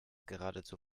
geradezu